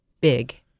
big